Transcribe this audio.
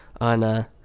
on